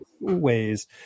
ways